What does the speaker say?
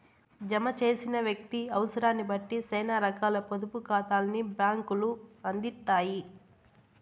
జమ చేసిన వ్యక్తి అవుసరాన్నిబట్టి సేనా రకాల పొదుపు కాతాల్ని బ్యాంకులు అందిత్తాయి